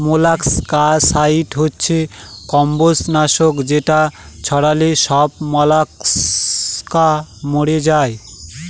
molluscicide হচ্ছে কম্বজ নাশক যেটা ছড়ালে সব মলাস্কা মরে যায়